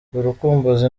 urukumbuzi